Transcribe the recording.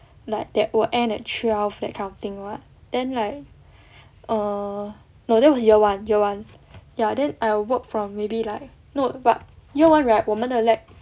like that will end at twelve that kind of thing [what] then like err no that was year one year one ya then I work from maybe like no but year one right 我们的 lab